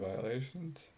violations